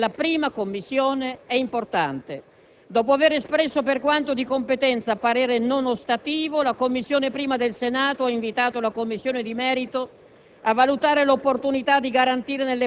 Il parere sul punto della 1a Commissione è importante. Dopo avere espresso, per quanto di competenza, parere non ostativo, la Commissione affari costituzionali del Senato ha invitato la Commissione di merito